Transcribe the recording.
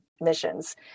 missions